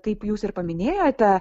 kaip jūs ir paminėjote